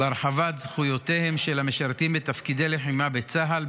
בהרחבת זכויותיהם של המשרתים בתפקידי לחימה בצה"ל,